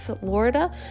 Florida